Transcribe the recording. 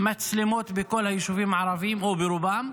מצלמות בכל היישובים הערביים או ברובם.